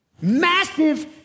Massive